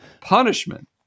punishment